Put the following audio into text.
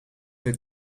het